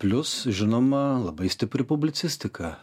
plius žinoma labai stipri publicistika